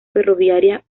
ferroviaria